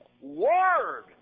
Word